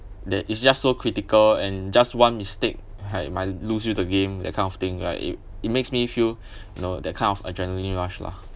that it just so critical and just one mistake I might lose it to game that kind of thing right it it makes me feel know that kind of adrenaline rush lah